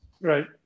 Right